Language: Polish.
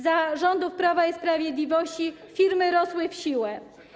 Za rządów Prawa i Sprawiedliwości firmy rosły w siłę.